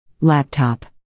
laptop